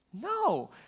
No